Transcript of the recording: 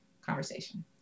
conversation